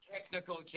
technical